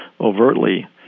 overtly